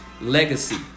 legacy